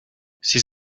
ces